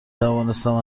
توانستم